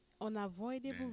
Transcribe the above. unavoidable